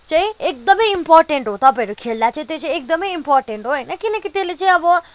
चाहिँ एकदमै इम्पोर्टेन्ट हो तपाईँहरू खेल्दा चाहिँ त्यो चाहिँ एकदमै इम्पोर्टेन्ट हो होइन किनकि त्यसले चाहिँ अब